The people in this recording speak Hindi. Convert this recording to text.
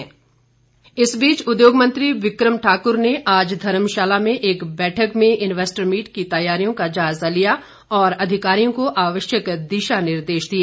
जायजा इस बीच उद्योग मंत्री विकम ठाक्र ने आज धर्मशाला में एक बैठक में इन्वेस्टर मीट की तैयारियों का जायजा लिया और अधिकारियों का आवश्यक दिशा निर्देश दिए